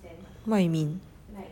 what you mean